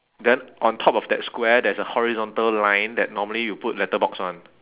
then on top of that square there's a horizontal line that normally you put letter box [one]